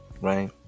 Right